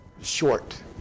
short